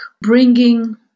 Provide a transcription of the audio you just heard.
bringing –